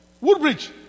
Woodbridge